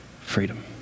Freedom